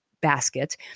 basket